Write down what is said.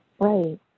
Right